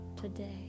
today